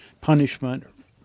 punishment